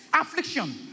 affliction